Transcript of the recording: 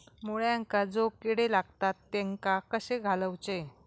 मुळ्यांका जो किडे लागतात तेनका कशे घालवचे?